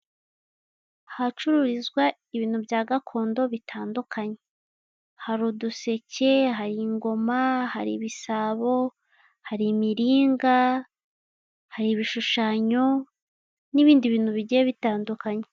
Ahacururizwa ibintu bya gakondo bitandukanye. Hari uduseke, hari ingoma, hari ibisabo, hari imiringa, hari ibishushanyo, n'ibindi bintu bigiye bitandukanye.